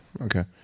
Okay